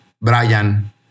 Brian